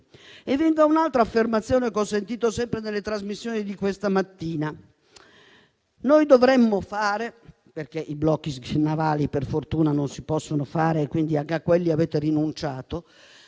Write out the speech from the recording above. Vengo a un'altra affermazione che ho sentito sempre nelle trasmissioni di questa mattina: poiché i blocchi navali - per fortuna - non si possono fare e quindi a quelli avete rinunciato,